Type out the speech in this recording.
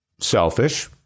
selfish